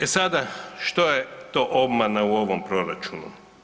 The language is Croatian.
E sada što je to obmana u ovom proračunu?